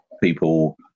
people